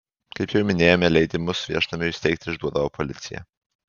kaip jau minėjome leidimus viešnamiui steigti išduodavo policija